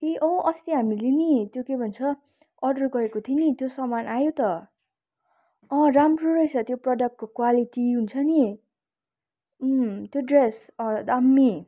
ए अँ अस्ति हामीले नि त्यो के भन्छ अर्डर गरेको थियौँ नि त्यो सामान आयो त राम्रो रहेछ त्यो प्रडक्टको क्वालिटी हुन्छ नि त्यो ड्रेस अँ दामी